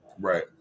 Right